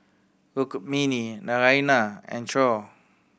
Rukmini Naraina and Choor